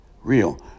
real